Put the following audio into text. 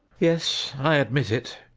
yes, i admit it.